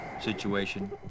situation